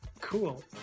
cool